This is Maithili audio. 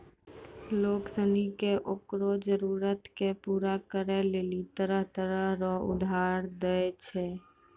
लोग सनी के ओकरो जरूरत के पूरा करै लेली तरह तरह रो उधार दै छै